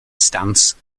stance